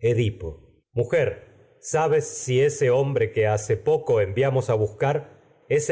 edipo mujer sabes si ese hombre que buscar es hace poco se enviamos a